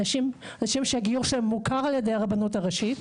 אנשים שהגיור שלהם מוכר על ידי הרבנות הראשית,